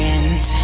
end